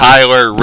Tyler